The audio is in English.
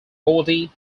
gordy